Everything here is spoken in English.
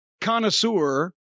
connoisseur